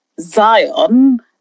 Zion